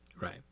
Right